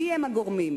ומיהם הגורמים,